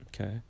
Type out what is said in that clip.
okay